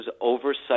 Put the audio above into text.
oversight